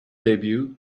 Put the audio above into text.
debut